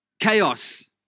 Chaos